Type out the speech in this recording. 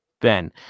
Ben